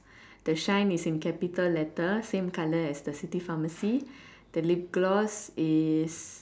the shine is in capital letter same colour as the city pharmacy the lip gloss is